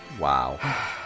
wow